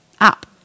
up